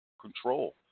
control